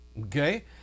okay